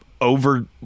over